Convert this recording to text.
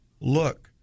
look